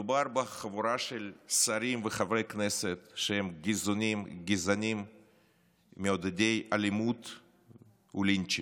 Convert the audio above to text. מדובר בחבורה של שרים וחברי כנסת גזענים מעודדי אלימות ולינצ'ים.